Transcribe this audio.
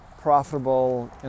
profitable